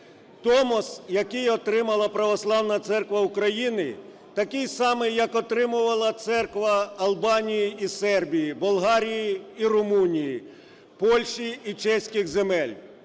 Томос, який отримала Православна Церква України, – такий самий, як отримувала церква Албанії і Сербії, Болгарії і Румунії, Польщі і Чеських земель.